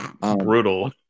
Brutal